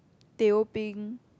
teh O peng